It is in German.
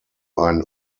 ein